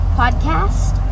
podcast